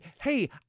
hey